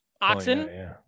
Oxen